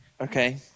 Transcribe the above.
Okay